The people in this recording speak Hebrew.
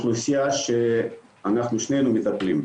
וכהוכחה לזה הזמנתי אותך.